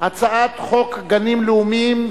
הצעת חוק גנים לאומיים,